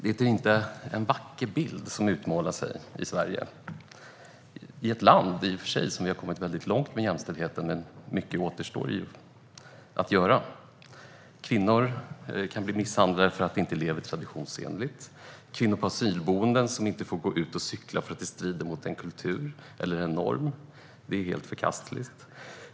Det är inte en vacker bild som målas upp i Sverige, ett land där vi i och för sig har kommit väldigt långt med jämställdheten men där mycket återstår att göra. Kvinnor kan bli misshandlade för att de inte lever traditionsenligt. Det finns kvinnor på asylboenden som inte får gå ut och cykla därför att det strider mot en kultur eller en norm. Det är helt förkastligt.